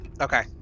Okay